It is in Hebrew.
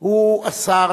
הוא השר